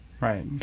Right